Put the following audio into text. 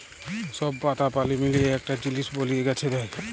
সব পাতা পালি মিলিয়ে একটা জিলিস বলিয়ে গাছে দেয়